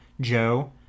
Joe